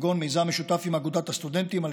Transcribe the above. כגון מיזם משותף עם אגודת הסטודנטים על